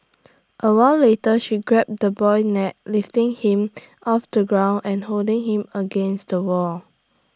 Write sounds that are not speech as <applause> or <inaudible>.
A while later she grabbed the boy's neck lifting him <noise> off the ground and holding him up against the wall